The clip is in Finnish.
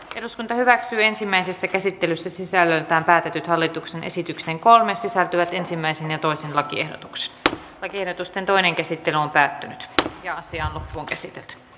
eduskunta hyväksyi ensimmäisessä käsittelyssä sisällöltään päätetyt hallituksen esityksen kolme sisältyy ensimmäisen ja toisen lakiehdotuksista pääkirjoitusten toinen käsittely on päättynyt ja asia on käsitelty